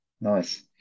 Nice